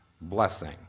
blessing